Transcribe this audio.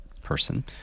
person